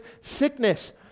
sickness